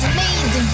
made